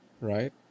right